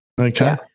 okay